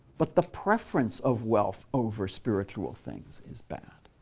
but the preference of wealth over spiritual things is bad.